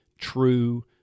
true